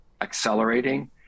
accelerating